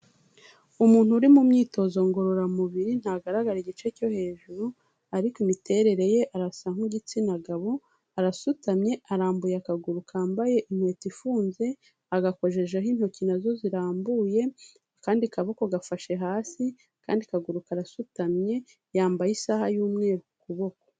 Umuntu uri mu myitozo ngororamubiri ntagaragara igice cyo hejuru ariko imiterere ye arasa nk'igitsina gabo, arasutamye arambuye akaguru kambaye inkweto ifunze, agakojejeho intoki na zo zirambuye, akandi kaboko gafashe hasi, akandi kaguru karasutamye yambaye isaha y'umweru ku kuboko.